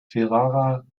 ferrara